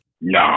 No